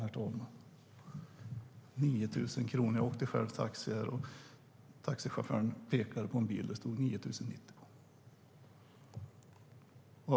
När jag vid ett tillfälle åkte taxi pekade taxichauffören på en bil där det stod 9 090 kronor.